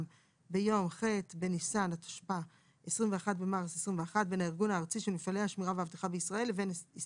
ביום ח' בניסן התשפ"א (21 במרץ 2021) בין הארגון הארצי של